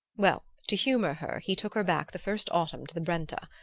well, to humor her he took her back the first autumn to the brenta.